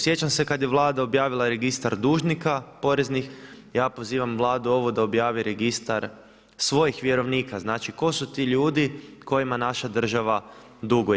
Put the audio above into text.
Sjećam se kad je Vlada objavila registar dužnika poreznih, ja pozivam Vladu ovu da objavi registar svojih vjerovnika, znači tko su ti ljudi kojima naša država duguj?